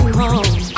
home